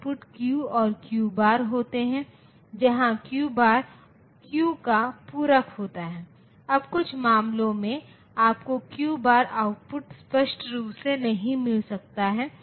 इसलिए यदि आप इन सभी शर्त को संतुष्ट करना चाहते हैं तो आपको क्या मिलेगा एक संभावित समाधान के रूप में x 12 के बराबर है और y 16 के बराबर है